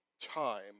time